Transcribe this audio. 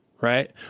Right